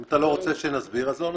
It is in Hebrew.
אם אתה לא רוצה שנסביר, אז לא נסביר.